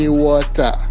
water